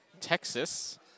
Texas